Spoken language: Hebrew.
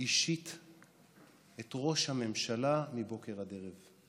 אישית את ראש הממשלה מבוקר עד ערב.